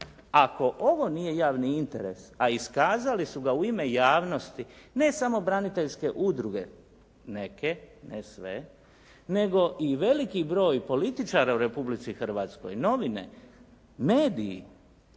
Ako ovo nije javni interes, a iskazali su ga u ime javnosti, ne samo braniteljske udruge, neke ne sve, nego i veliki broj političara u Republici Hrvatskoj, novine, mediji,